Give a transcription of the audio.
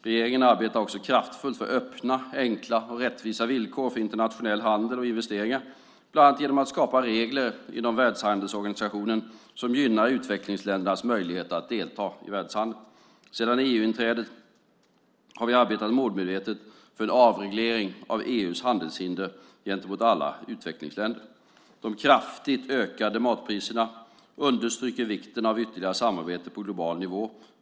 Regeringen arbetar också kraftfullt för öppna, enkla och rättvisa villkor för internationell handel och investeringar, bland annat genom att skapa regler inom Världshandelsorganisationen som gynnar utvecklingsländernas möjligheter att delta i världshandeln. Sedan EU-inträdet har vi arbetat målmedvetet för en avreglering av EU:s handelshinder gentemot alla utvecklingsländer. De kraftigt ökande matpriserna understryker vikten av ytterligare samarbete på global nivå.